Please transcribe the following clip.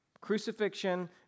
crucifixion